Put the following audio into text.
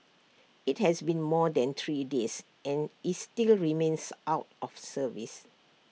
IT has been more than three days and is still remains out of service